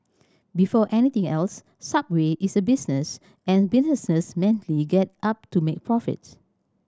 before anything else Subway is a business and businesses mainly get up to make profits